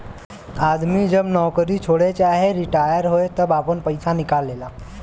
आदमी जब नउकरी छोड़े चाहे रिटाअर होए तब आपन पइसा निकाल लेला